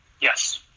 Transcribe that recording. Yes